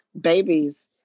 babies